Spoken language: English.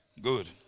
Good